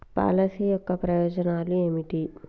Policy యొక్క ప్రయోజనాలు ఏమిటి?